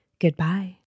Goodbye